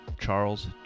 Charles